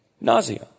nausea